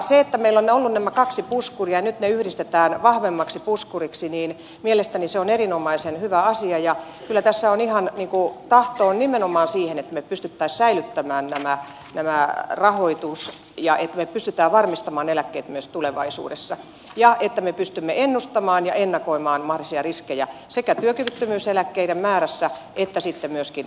se että meillä on ollut nämä kaksi puskuria ja nyt ne yhdistetään vahvemmaksi puskuriksi mielestäni on erinomaisen hyvä asia ja kyllä tässä ihan niin kuin tahto on nimenomaan siihen että me pystyisimme säilyttämään tämän rahoituksen ja että me pystymme varmistamaan eläkkeet myös tulevaisuudessa ja että me pystymme ennustamaan ja ennakoimaan mahdollisia riskejä sekä työkyvyttömyyseläkkeiden määrässä että sitten myöskin